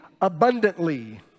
abundantly